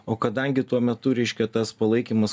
o kadangi tuo metu reiškia tas palaikymas